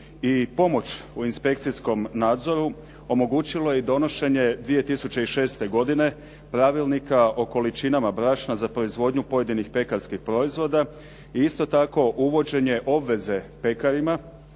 i pomoć u inspekcijskom nadzoru omogućilo je donošenje 2006. godine Pravilnika o količinama brašna za proizvodnju pojedinih pekarskih proizvoda i isto tako uvođenje obveze pekarima